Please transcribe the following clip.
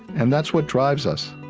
and that's what drives us